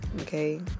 okay